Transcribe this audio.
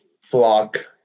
flock